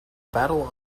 battle